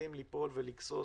מתחילים ליפול ולגסוס.